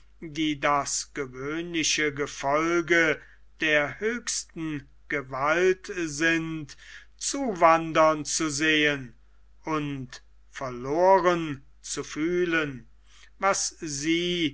die das gewöhnliche gefolge der höchsten gewalt sind zuwandern zu sehen und verloren zu fühlen was sie